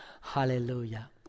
Hallelujah